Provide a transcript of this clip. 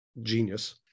genius